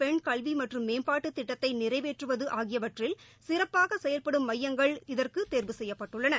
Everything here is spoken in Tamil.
பெண் கல்வி மற்றும் மேம்பாட்டுத் திட்டத்தை நிறைவேற்றுவது ஆகியவற்றில் சிறப்பாக செயல்படும் மையங்கள் இதற்கு தேர்வு செய்யப்பட்டுள்ளன